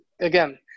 again